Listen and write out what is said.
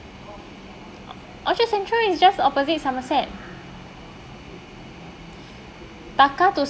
orchard central is just opposite somerset taka too